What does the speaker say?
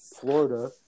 Florida